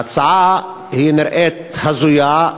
ההצעה נראית הזויה,